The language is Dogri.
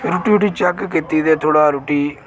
रुट्टी उंहे चेक कीती ते थोह्ड़ा रुट्टी